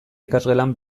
ikasgelan